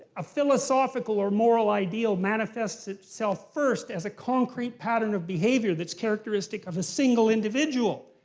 a philosophical or moral ideal manifests itself first as a concrete pattern of behavior that's characteristic of a single individual.